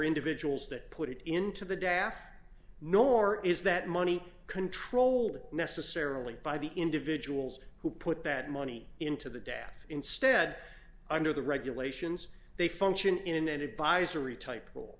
individuals that put it into the daf nor is that money controlled necessarily by the individuals who put that money into the death instead under the regulations they function in an advisory type